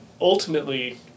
ultimately